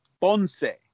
Ponce